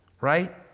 right